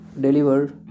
deliver